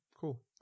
cool